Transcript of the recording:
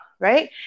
right